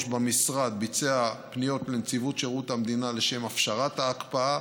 במשרד ביצע פניות לנציבות שירות המדינה לשם הפשרת ההקפאה.